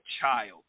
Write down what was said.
child